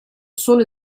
solo